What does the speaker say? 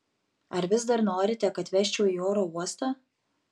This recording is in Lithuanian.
ar vis dar norite kad vežčiau į oro uostą